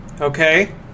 okay